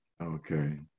Okay